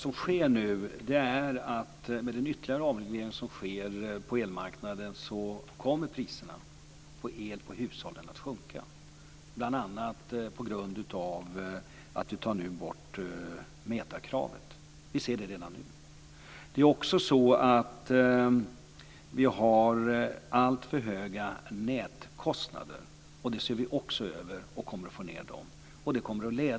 Fru talman! Med den ytterligare avreglering som nu sker på elmarknaden kommer priserna på el för hushållen att sjunka, bl.a. på grund av att vi nu tar bort kravet på mätare. Vi ser det redan nu. Vi har också alltför höga nätkostnader, vilket vi också ser över för att se till att också dessa sjunker.